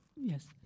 Yes